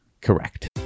Correct